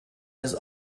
his